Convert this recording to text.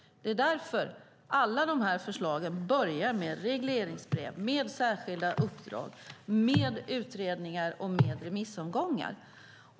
Det är därför alla förslag börjar med regleringsbrev, med särskilda uppdrag, med utredningar och med remissomgångar.